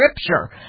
scripture